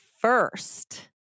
first